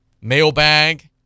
Mailbag